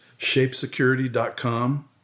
ShapeSecurity.com